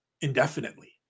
indefinitely